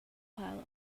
pile